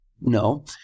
No